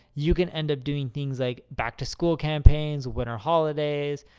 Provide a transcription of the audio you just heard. you can end up doing things, like back-to-school campaigns, winter holidays.